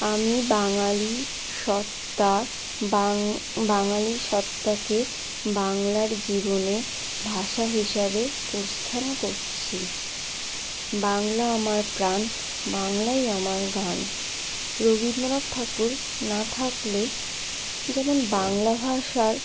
আমি বাঙালি সত্ত্বা বাঙালি সত্ত্বাকে বাংলার জীবনে ভাষা হিসাবে প্রস্থান করছি বাংলা আমার প্রাণ বাংলাই আমার গান রবীন্দ্রনাথ ঠাকুর না থাকলে যেমন বাংলা ভাষার